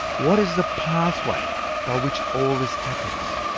what is the pathway by which all this happens?